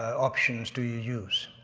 options do you use?